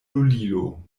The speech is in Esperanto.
lulilo